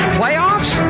playoffs